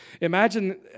Imagine